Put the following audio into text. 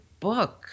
book